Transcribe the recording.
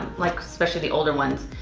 like, especially the older ones,